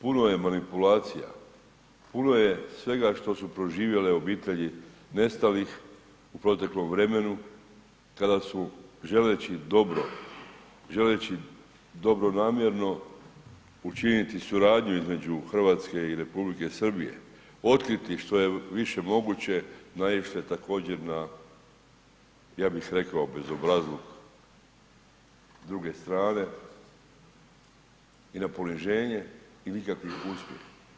Puno je manipulacija, puno je svega što su proživjele obitelji nestalih u proteklom vremenu kada su želeći dobro, želeći dobronamjerno učiniti suradnju između Hrvatske i Republike Srbije, otkriti što je više moguće naišle također na ja bih rekao bezobrazluk druge strane i na poniženje i nikakvi uspjeh.